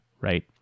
right